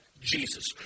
Jesus